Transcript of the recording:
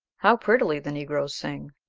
how prettily the negroes sing,